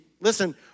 listen